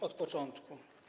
Od początku.